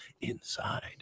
inside